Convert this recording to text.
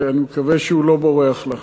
אני מקווה שהוא לא בורח לה.